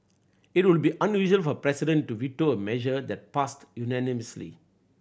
it would be unusual for a president to veto a measure that passed unanimously